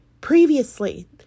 previously